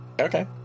Okay